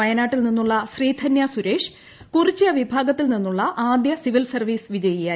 വയനാട്ടിൽ നിന്നുള്ള ശ്രീധന്യ സുരേഷ് കുറിച്യ വിഭാഗ ത്തിൽ നിന്നുള്ള ആദ്യ സിവിൽ സർവ്വീസ് വിജയിയായി